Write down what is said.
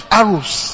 arrows